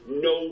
no